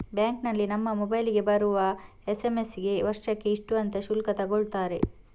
ಬ್ಯಾಂಕಿನಲ್ಲಿ ನಮ್ಮ ಮೊಬೈಲಿಗೆ ಬರುವ ಎಸ್.ಎಂ.ಎಸ್ ಗೆ ವರ್ಷಕ್ಕೆ ಇಷ್ಟು ಅಂತ ಶುಲ್ಕ ತಗೊಳ್ತಾರೆ